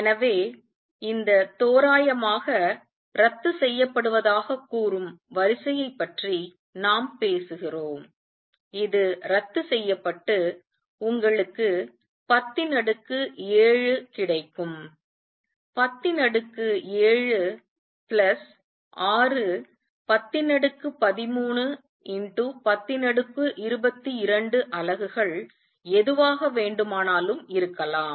எனவே இந்த தோராயமாக ரத்துசெய்யப்படுவதாகக் கூறும் வரிசையைப் பற்றி நாம் பேசுகிறோம் இது ரத்துசெய்யப்பட்டு உங்களுக்கு 107 கிடைக்கும் 107 பிளஸ் 6 1013 1022 அலகுகள் எதுவாக வேண்டுமானாலும் இருக்கலாம்